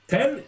Ten